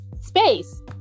space